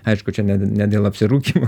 aišku čia net ne dėl apsirūkymo